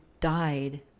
died